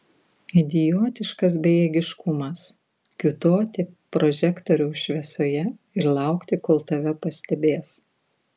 idiotiškas bejėgiškumas kiūtoti prožektoriaus šviesoje ir laukti kol tave pastebės